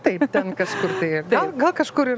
taip ten kaž taip gal gal kažkur ir